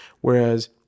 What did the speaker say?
Whereas